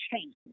change